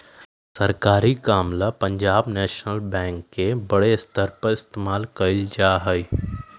सरकारी काम ला पंजाब नैशनल बैंक के बडे स्तर पर इस्तेमाल कइल जा हई